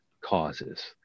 causes